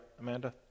Amanda